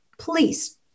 Please